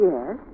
Yes